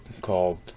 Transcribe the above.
called